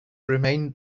remained